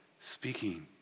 speaking